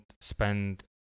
spend